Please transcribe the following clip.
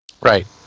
Right